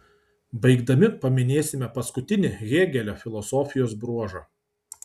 baigdami paminėsime paskutinį hėgelio filosofijos bruožą